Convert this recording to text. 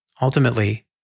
Ultimately